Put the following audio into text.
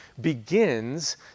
begins